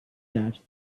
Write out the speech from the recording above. that